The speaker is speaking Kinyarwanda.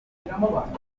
amavuriro